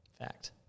Fact